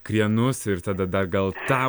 krienus ir tada dar gal tą